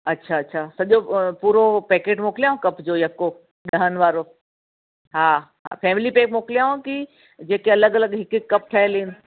अच्छा अच्छा सॼो पैकेट मोकलियाव कप जो यक्को ॾहनि वारो हा फ़ैमिली पैक मोकलियाव की जेके अलॻि अलॻि हिक हिक कप ठहियलु